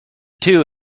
two